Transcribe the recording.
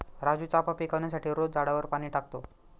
राजू चाफा पिकवण्यासाठी रोज झाडावर पाणी टाकतो